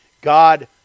God